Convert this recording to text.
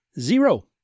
zero